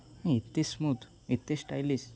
ଏତେ ସ୍ମୁଥ ଏତେ ଷ୍ଟାଇଲିଶ